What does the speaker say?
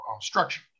structure